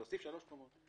מותר להוסיף שלוש קומות.